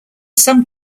some